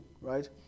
right